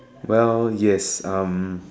well yes um